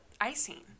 icing